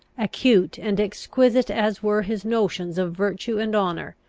acute and exquisite as were his notions of virtue and honour,